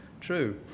true